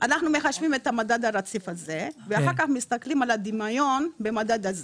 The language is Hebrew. אנחנו מחשבים את המדד הרציף הזה ואחר כך מסתכלים על הדמיון במדד הזה.